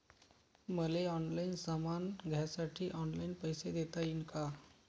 मले ऑनलाईन सामान घ्यासाठी ऑनलाईन पैसे देता येईन का?